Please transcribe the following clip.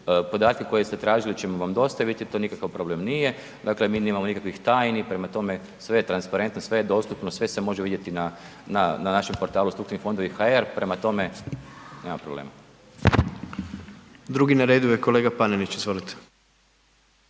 Podatke koje ste tražili ćemo vam dostaviti, to nikakav problem nije, dakle mi nemamo nikakvih tajni, prema tome sve je transparentno, sve je dostupno, sve se može vidjeti na našem portalu .../Govornik se ne razumije./... fondovi.hr prema tome, nema problema. **Jandroković, Gordan (HDZ)** Drugi na redu je kolega Panenić, izvolite.